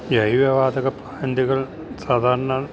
ജൈവ വാതക പ്ലാൻറ്റുകൾ സാധാരണ